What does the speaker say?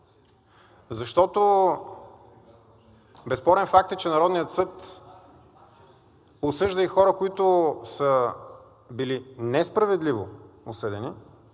Защото безспорен факт е, че Народният съд осъжда и хора, които са били несправедливо осъдени,